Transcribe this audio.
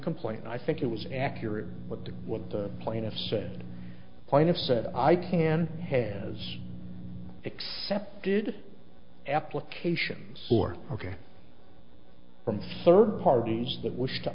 complaint i think it was accurate what the what the plaintiff said point of said i can has accepted applications or ok from third parties that wish to